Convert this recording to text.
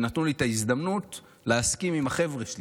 שנתנו לי את ההזדמנות להסכים עם החבר'ה שלי.